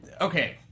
okay